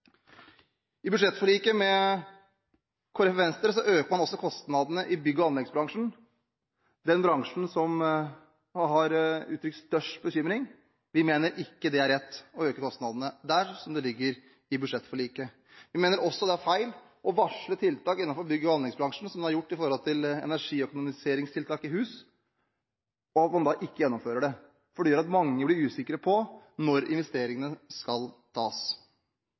I budsjettforliket med Kristelig Folkeparti og Venstre øker man også kostnadene i bygg- og anleggsbransjen – den bransjen som har uttrykt størst bekymring. Vi mener det ikke er rett å øke kostnadene der, slik som det ligger i budsjettforliket. Vi mener også det er feil å varsle tiltak innenfor bygg- og anleggsbransjen som det nå er gjort med hensyn til energiøkonomiseringstiltak i hus. Hva om man da ikke gjennomfører det? Dette gjør at mange blir usikre på når investeringene skal